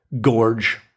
gorge